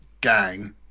gang